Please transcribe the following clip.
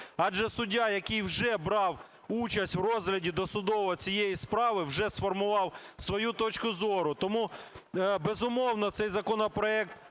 Адже суддя, який вже брав участь в розгляді досудовому цієї справи, вже сформував свою точку зору. Тому, безумовно, цей законопроект